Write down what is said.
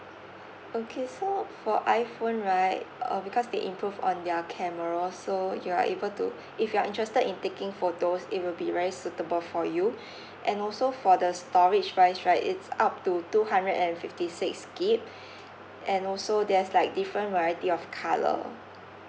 okay so for iPhone right uh because they improve on their camera so you are able to if you are interested in taking photos it will be very suitable for you and also for the storage size right it's up to two hundred and fifty six gig and also there's like different variety of color